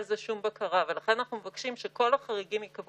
גמלאים ועוד,